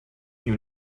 you